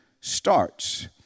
starts